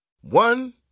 One